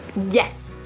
yes.